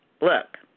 look